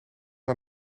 aan